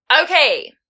Okay